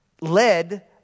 led